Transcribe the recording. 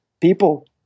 people